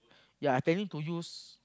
yea I planning to use